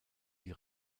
die